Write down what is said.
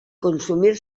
consumir